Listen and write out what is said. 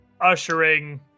ushering